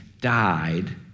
died